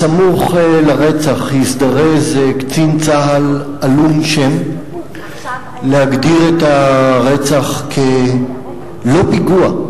בסמוך לרצח הזדרז קצין צה"ל עלום שם להגדיר את הרצח כלא פיגוע,